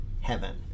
heaven